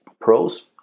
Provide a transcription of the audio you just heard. pros